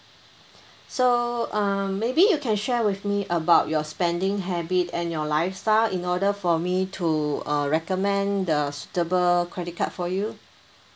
so uh maybe you can share with me about your spending habit and your lifestyle in order for me to uh recommend the suitable credit card for you